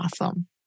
awesome